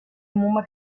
uma